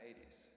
80s